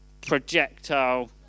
projectile